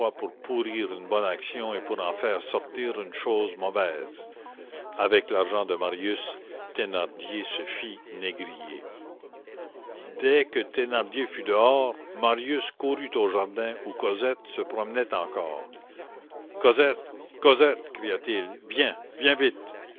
pour pourrir une bonne action et pour en faire sortir une chose mauvaise avec l'argent de marius thénardier se fit négrier dès que thénardier fut dehors marius courut au jardin où cosette se promenait encore cosette cosette cria-t-il viens viens vite